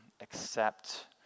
accept